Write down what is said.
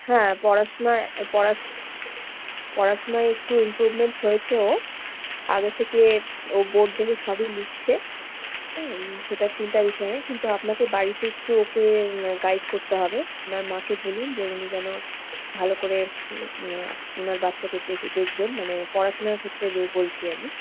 হ্যাঁ পড়াশুনা পড়া পড়াশুনায় একটু ইম্প্রুভমেন্ট হয়েছে ওর আগে থেকে ও বোর্ড দেখে সবই লিখছে হ্যাঁ সেটা চিন্তা বিষয় নেই কিন্তু আপনাকে বাড়িতে একটু ওকে গাইড করতে হবে উনার মাকে বলুন যে উনি যেন ভালো করে উনার বাচ্চাকে দেখে দেখবেন মানে পড়াশুনার ক্ষেত্রে বো বলছি আমি